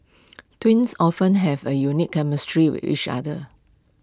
twins often have A unique chemistry with each other